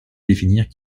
définir